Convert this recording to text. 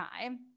time